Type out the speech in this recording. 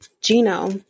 Gino